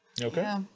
okay